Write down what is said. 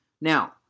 Now